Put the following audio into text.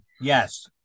yes